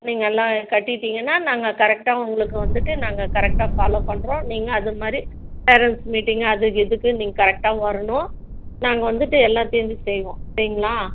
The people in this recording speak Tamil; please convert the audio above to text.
நீங்கள் எல்லாம் கட்டிட்டிங்கன்னா நாங்கள் கரெக்டா உங்களுக்கு வந்துட்டு நாங்கள் கரெக்டாக ஃபாலோ பண்ணுறோம் நீங்கள் அதுமாதிரி பேரண்ட்ஸ் மீட்டிங்கு அது இதுக்கு நீங்கள் கரெக்டாக வரணும் நாங்கள் வந்துட்டு எல்லாத்தையும் செய்வோம் சரிங்களா